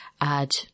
add